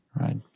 Right